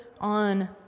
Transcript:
on